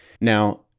Now